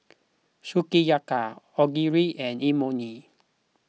Sukiyaki Onigiri and Imoni